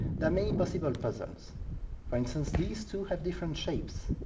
there are many possible puzzles for instance these two have different shapes,